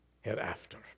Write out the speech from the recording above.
hereafter